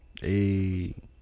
Hey